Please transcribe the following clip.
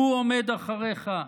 הוא עומד מאחוריך?